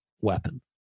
weapon